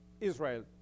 Israel